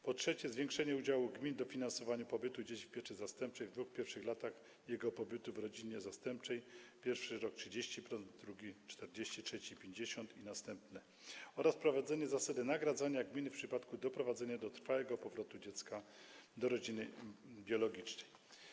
Po trzecie, zwiększa się udział gmin w dofinansowaniu pobytu dzieci w pieczy zastępczej w dwóch pierwszych latach jego pobytu w rodzinie zastępczej: pierwszy rok - 30%, drugi - 40%, trzeci i lata następne - 50%, a także wprowadza się zasadę nagradzania gminy w przypadku doprowadzenia do trwałego powrotu dziecka do rodziny biologicznej.